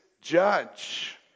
judge